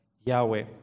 Yahweh